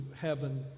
heaven